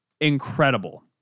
incredible